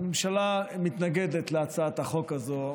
הממשלה מתנגדת להצעת החוק הזאת.